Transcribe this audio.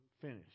finish